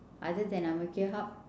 other than ang mo kio-hub